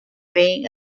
being